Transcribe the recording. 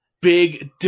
big